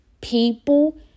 People